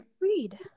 read